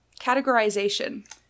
categorization